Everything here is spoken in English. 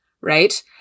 right